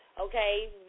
okay